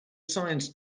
science